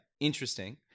Interesting